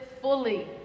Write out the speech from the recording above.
fully